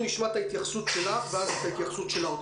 בתוך כל ההיערכות הזאת אנחנו גם לוקחים בחשבון את ההיערכות של הצוותים.